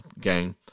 gang